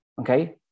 okay